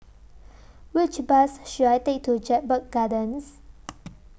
Which Bus should I Take to Jedburgh Gardens